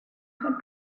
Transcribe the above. her